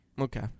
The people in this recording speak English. Okay